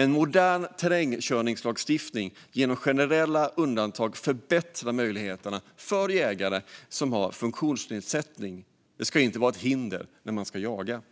En modern terrängkörningslagstiftning genom generella undantag förbättrar möjligheterna för jägare med funktionsnedsättning. Det ska inte vara ett hinder när man ska jaga.